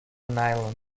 nylon